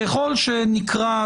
ככל שנקרא,